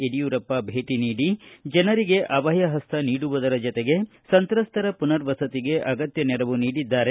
ಯಡಿಯೂರಪ್ಪ ಭೇಟಿ ನೀಡಿ ಜನರಿಗೆ ಅಭಯ ಹಸ್ತ ನೀಡುವುದರ ಜೊತೆಗೆ ಸಂತ್ರಸ್ತರ ಪುನವರ್ಸತಿಗೆ ಅಗತ್ವ ನೆರವು ನೀಡಿದ್ದಾರೆ